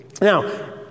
Now